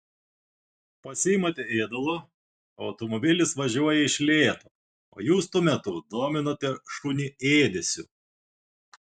pasiimate ėdalo automobilis važiuoja iš lėto o jūs tuo metu dominate šunį ėdesiu